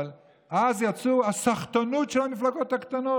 אבל אז אמרו: הסחטנות של המפלגות הקטנות,